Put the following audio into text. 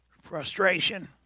frustration